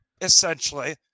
essentially